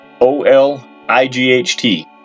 O-L-I-G-H-T